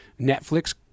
Netflix